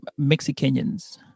Mexicanians